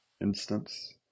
Instance